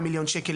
אין יתרות.